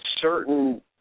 certain